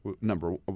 number